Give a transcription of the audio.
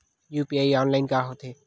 UPI online होथे का?